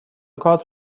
کارت